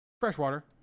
Freshwater